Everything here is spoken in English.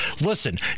Listen